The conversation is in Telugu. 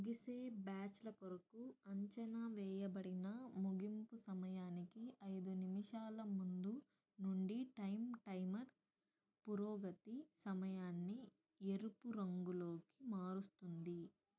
ముగిసే బ్యాచ్ల కొరకు అంచనా వేయబడిన ముగింపు సమయానికి ఐదు నిమిషాల ముందు నుండి టైం టైమర్ పురోగతి సమయాన్ని ఎరుపు రంగులోకి మారుస్తుంది